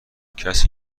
کسی